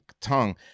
tongue